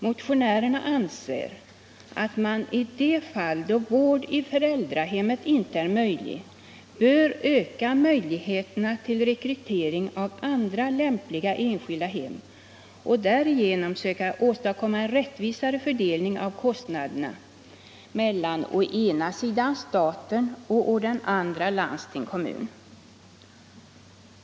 Motionärerna anser att man — i de fall då vård i föräldrahemmet inte är möjlig — bör öka möjligheterna till rekrytering av andra lämpliga enskilda hem och därigenom söka åstadkomma en rättvisare fördelning av kostnaderna mellan å ena sidan staten och å den andra landsting-kommun.